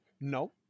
No